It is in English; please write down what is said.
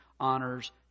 honors